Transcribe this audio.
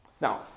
Now